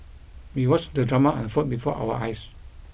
we watched the drama unfold before our eyes